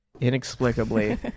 inexplicably